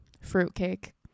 Fruitcake